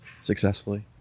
Successfully